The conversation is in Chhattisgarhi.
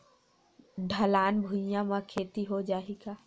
ढलान भुइयां म खेती हो जाही का?